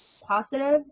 positive